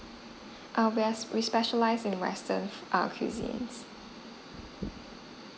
err we are we specialized in western err cuisines